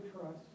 trust